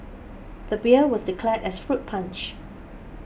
the beer was declared as fruit punch